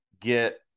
get